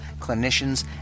clinicians